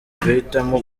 guhitamo